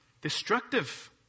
Destructive